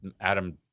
Adam